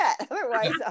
otherwise